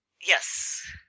Yes